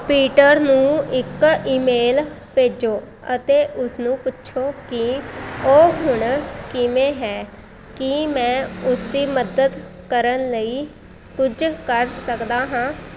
Peter ਨੂੰ ਇੱਕ email ਭੇਜੋ ਅਤੇ ਉਸ ਨੂੰ ਪੁੱਛੋ ਕਿ ਉਹ ਹੁਣ ਕਿਵੇਂ ਹੈ ਕੀ ਮੈਂ ਉਸ ਦੀ ਮਦਦ ਕਰਨ ਲਈ ਕੁਝ ਕਰ ਸਕਦਾ ਹਾਂ